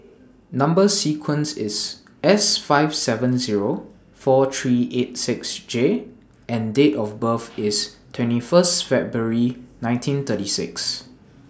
Number sequence IS S five seven Zero four three eight six J and Date of birth IS twenty First February nineteen thirty six